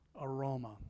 aroma